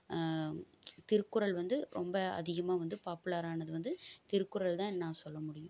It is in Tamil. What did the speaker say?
திருக்குறள் வந்து ரொம்ப அதிகமாக வந்து பாப்புலரானது வந்து திருக்குறள் தான் நான் சொல்ல முடியும்